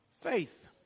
faith